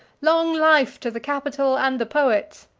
long life to the capitol and the poet!